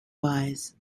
wise